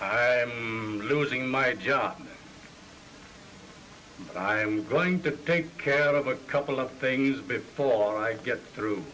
cheat losing my job i'm going to take care of a couple of things before i get through